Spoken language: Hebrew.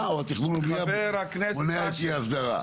או תכנון הבנייה מונע את אי ההסדרה?